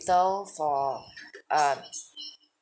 for um